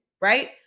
Right